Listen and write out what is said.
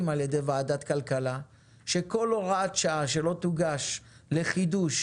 על ידי ועדת הכלכלה שכל הוראת שעה שלא תוגש לחידוש